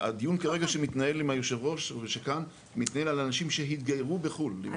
הדיון כרגע שמתנהל עם יושב הראש מתנהל על אנשים שהתגיירו בחו"ל.